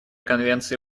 конвенции